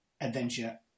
adventure